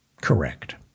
correct